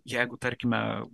jeigu tarkime